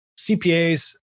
CPAs